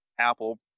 Apple